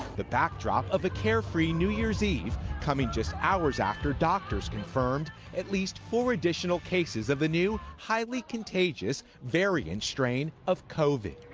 the backdrop of a carefree new year's eve, coming just hours after doctors confirmed at least four additional cases of the new, highly contagious, variant strain of covid.